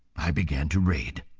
i began to read.